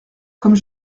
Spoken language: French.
comme